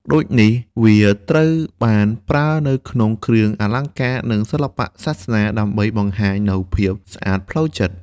ដូចនេះវាត្រូវបានប្រើនៅក្នុងគ្រឿងអលង្ការនិងសិល្បៈសាសនា ដើម្បីបង្ហាញនូវភាពស្អាតផ្លូវចិត្ត។